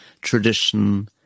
tradition